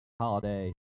Holiday